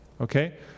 okay